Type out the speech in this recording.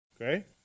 Okay